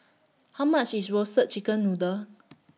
How much IS Roasted Chicken Noodle